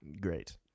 great